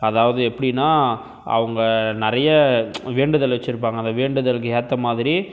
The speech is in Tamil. அதவாது எப்படின்னா அவங்க நிறைய வேண்டுதல் வச்சுருப்பாங்க அந்த வேண்டுதலுக்கு ஏற்ற மாதிரி